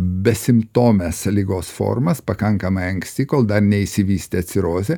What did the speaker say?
besimptomes ligos formas pakankamai anksti kol dar neišsivystė cirozė